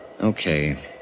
Okay